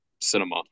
cinema